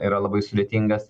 yra labai sudėtingas